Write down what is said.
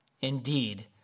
Indeed